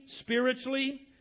spiritually